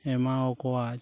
ᱮᱢᱟᱣ ᱟᱠᱚᱣᱟᱭ